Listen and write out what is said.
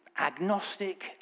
agnostic